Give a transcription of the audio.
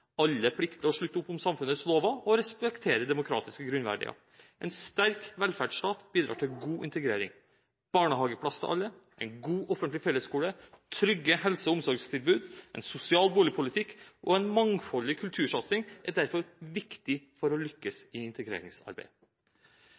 Alle plikter å slutte opp om samfunnets lover og respektere demokratiske grunnverdier. En sterk velferdsstat bidrar til god integrering. Barnehageplass til alle, en god offentlig fellesskole, trygge helse- og omsorgstilbud, en sosial boligpolitikk og en mangfoldig kultursatsing er derfor viktig for å lykkes